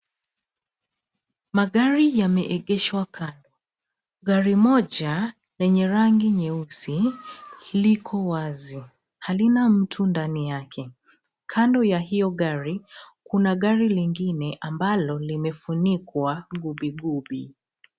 Magari yameegeshwa kando. Gari moja lenye rangi nyeusi, liko wazi. Halina mtu ndani yake. Kando ya hio gari, kuna gari lingine ambalo limefunikwa gubi gubi.